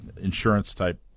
insurance-type